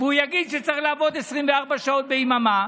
והוא יגיד שצריך לעבוד 24 שעות ביממה,